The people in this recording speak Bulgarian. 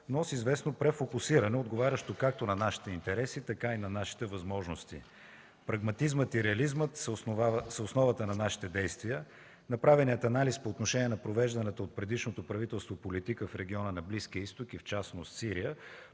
но с известно префокусиране, отговарящо както на нашите интереси, така и на нашите възможности. Прагматизмът и реализмът са основата на нашите действия. Направеният анализ по отношение на провежданата от предишното правителство политика в региона на Близкия изток и в частност Сирия